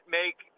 make